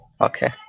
Okay